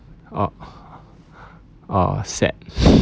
or or sad